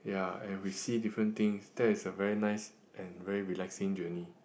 ya and we see different things that is a very nice and very relaxing journey